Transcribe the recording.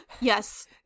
yes